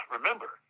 remember